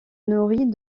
nourrit